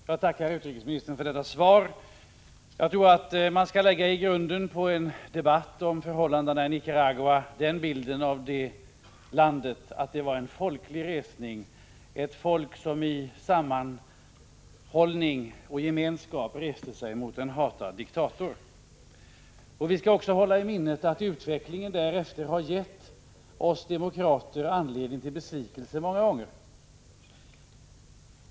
Herr talman! Jag tackar utrikesministern för detta svar. I grunden för en debatt om förhållandena i Nicaragua bör läggas den bilden av landet, att det där skedde en folklig resning, att det var ett folk som i sammanhållning och gemenskap reste sig mot en hatad diktator. Vi skall också hålla i minnet att utvecklingen därefter många gånger har givit oss demokrater anledning att känna besvikelse.